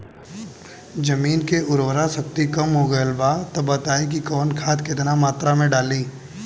जमीन के उर्वारा शक्ति कम हो गेल बा तऽ बताईं कि कवन खाद केतना मत्रा में डालि?